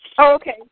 okay